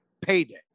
payday